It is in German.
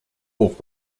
hoch